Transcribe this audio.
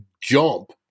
jump